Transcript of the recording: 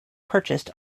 purchased